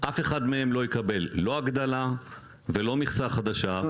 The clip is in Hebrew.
אף אחד מהם לא יקבל לא הגדלה ולא מכסה חדשה,